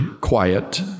quiet